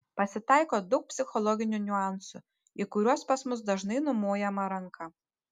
pasitaiko daug psichologinių niuansų į kuriuos pas mus dažnai numojama ranka